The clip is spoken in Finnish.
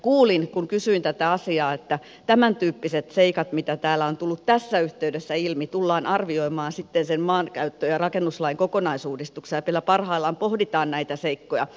kuulin kun kysyin tätä asiaa että tämäntyyppiset seikat mitä täällä on tullut tässä yhteydessä ilmi tullaan sitten arvioimaan sen maankäyttö ja rakennuslain kokonaisuudistuksessa ja vielä parhaillaan pohditaan näitä seikkoja